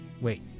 wait